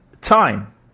time